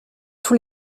tous